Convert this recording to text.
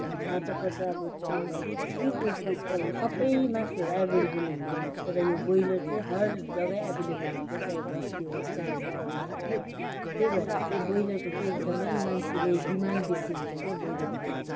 हतपत अब के को अब सबै मासुहरू एभाइलेबल हुँदैन तर यो ब्रोइलर चाहिँ हर जगा एभाइलेबल हुन्छ चाहे बस्ती होस् चाहे सहर होस् होइन त्यो भएर चाहिँ ब्रोइलरको चाहिँ एकदम मान्छेले डिमान्ड बेसी हुन्छ क्याउ ब्रोइलरको चाहिँ